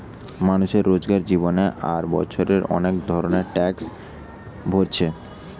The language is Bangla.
মানুষ রোজকার জীবনে আর বছরে অনেক রকমের ট্যাক্স ভোরছে